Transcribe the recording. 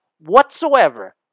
Whatsoever